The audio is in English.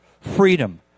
freedom